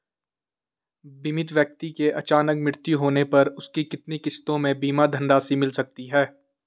बीमित व्यक्ति के अचानक मृत्यु होने पर उसकी कितनी किश्तों में बीमा धनराशि मिल सकती है?